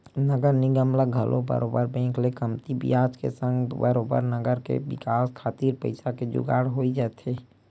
नगर निगम ल घलो बरोबर बेंक ले कमती बियाज के संग बरोबर नगर के बिकास खातिर पइसा के जुगाड़ होई जाथे